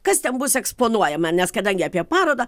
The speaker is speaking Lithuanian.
kas ten bus eksponuojama nes kadangi apie parodą